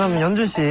um youngest. yeah